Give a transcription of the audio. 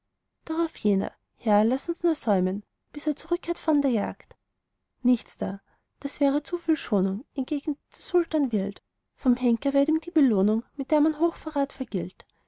drauf jener herr laß uns nur säumen bis er zurückkehrt von der jagd nichts da das wäre zu viel schonung entgegnete der sultan wild vom henker werd ihm die belohnung mit der man hochverrat vergilt